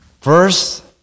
First